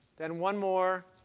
then one more.